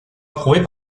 approuvés